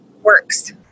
works